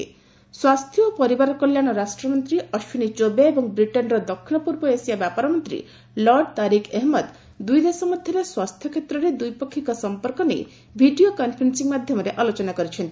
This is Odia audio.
ସ୍ୱାସ୍ଥ୍ୟ ଆଲୋଚନା ସ୍ୱାସ୍ଥ୍ୟ ଓ ପରିବାର କଲ୍ୟାଣ ରାଷ୍ଟ୍ରମନ୍ତ୍ରୀ ଅଶ୍ଚିନୀ ଚୌବେ ଏବଂ ବ୍ରିଟେନ୍ର ଦକ୍ଷିଣ ପୂର୍ବ ଏସିଆ ବ୍ୟାପାର ମନ୍ତ୍ରୀ ଲର୍ଡ ତାରିକ୍ ଏହେମଦ୍ ଦୁଇ ଦେଶ ମଧ୍ୟରେ ସ୍ୱାସ୍ଥ୍ୟ କ୍ଷେତ୍ରରେ ଦ୍ୱିପକ୍ଷିକ ସମ୍ପର୍କ ନେଇ ଭିଡ଼ିଓ କନ୍ଫରେନ୍ ି ମାଧ୍ୟମରେ ଆଲୋଚନା କରିଛନ୍ତି